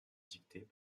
dictée